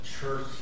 church